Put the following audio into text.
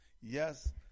Yes